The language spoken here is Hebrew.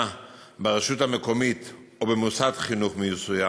ברשות המקומית או במוסד חינוכי מסוים,